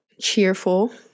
cheerful